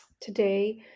Today